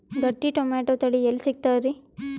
ಗಟ್ಟಿ ಟೊಮೇಟೊ ತಳಿ ಎಲ್ಲಿ ಸಿಗ್ತರಿ?